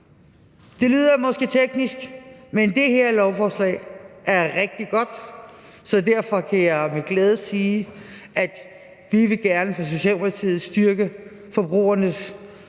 Det lyder måske teknisk, men det her lovforslag er rigtig godt, så derfor kan jeg med glæde sige, at vi fra Socialdemokratiets side gerne